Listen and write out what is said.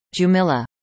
Jumilla